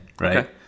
right